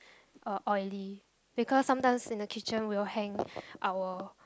uh oily because sometimes in the kitchen we'll hang our